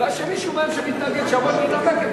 אולי שמישהו מהם שמתנגד יבוא וינמק?